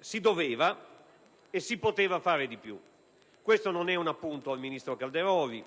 si doveva e si poteva fare di più. Questo non è un appunto rivolto al ministro Calderoli,